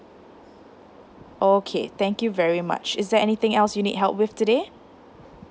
okay thank you very much is there anything else you need help with today